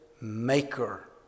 maker